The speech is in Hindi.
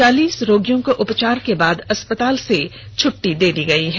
चालीस रोगियों को उपचार के बाद अस्पताल से छट्टी दे दी गई है